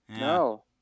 No